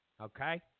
Okay